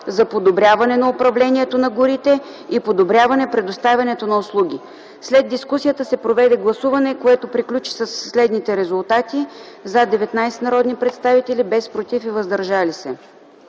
за подобряване на управлението на горите и подобряване предоставянето на услуги. След дискусията се проведе гласуване, което приключи със следните резултати: „за” – 19 народни представители, без „против” и „въздържали се”.